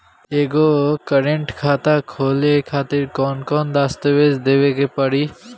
एगो करेंट खाता खोले खातिर कौन कौन दस्तावेज़ देवे के पड़ी?